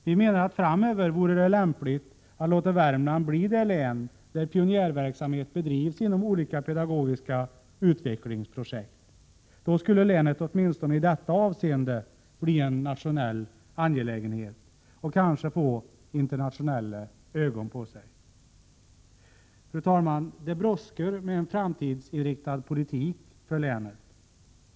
Vi menar att det framöver vore lämpligt att låta Värmland bli det län där pionjärverksamhet bedrivs inom olika pedagogiska utvecklingsprojekt. Då skulle länet åtminstone i detta avseende bli en nationell angelägenhet och kanske få internationella ögon på sig. Fru talman! Det brådskar med en framtidsinriktad politik för länet.